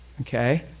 Okay